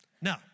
Now